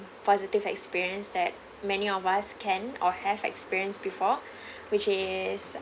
positive experience that many of us can or have experienced before which is